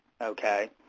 okay